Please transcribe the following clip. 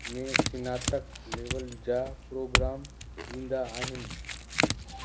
में स्नातक लेवल जा प्रोग्राम ॾींदा आहिनि